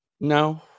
no